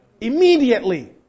Immediately